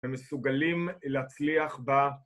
ומסוגלים להצליח ב...